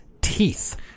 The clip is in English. Teeth